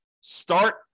Start